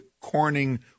Corning